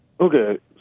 Okay